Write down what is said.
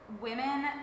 women